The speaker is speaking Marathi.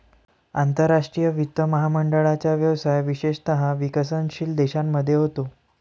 आंतरराष्ट्रीय वित्त महामंडळाचा व्यवसाय विशेषतः विकसनशील देशांमध्ये होतो